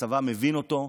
הצבא מבין אותו,